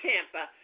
Tampa